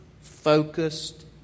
focused